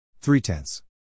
Three-tenths